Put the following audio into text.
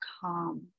calm